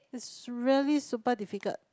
is really super difficult